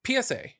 PSA